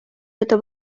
это